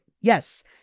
Yes